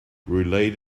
relate